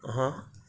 !huh!